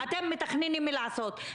אתם מתכננים לעשות.